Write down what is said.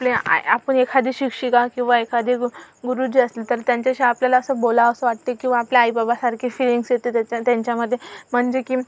आपले आपण एखादी शिक्षिका किंवा एखादे गु गुरुजी असतील तर त्यांच्याशी आपल्याला असं बोलावंसं वाटते किंवा आपले आई बाबासारखी फीलिंग्स येते त्यां त्यांच्यामध्ये म्हणजे की